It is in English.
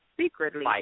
secretly